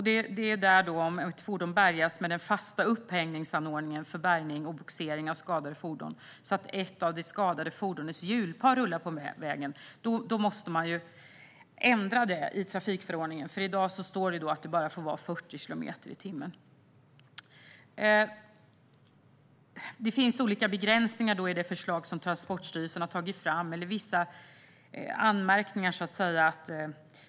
Det är när det gäller fordon som bärgas med den fasta upphängningsanordningen för bärgning och bogsering av skadade fordon så att ett av det skadade fordonets hjulpar rullar på vägen som man måste ändra trafikförordningen. I dag står det nämligen att det bara får vara 40 kilometer i timmen. Det finns olika begränsningar i det förslag som Transportstyrelsen har tagit fram, eller vissa anmärkningar.